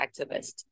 activist